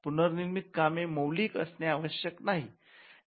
पुनर्निर्मिती कामे मौलिक असणे आवश्यक नाही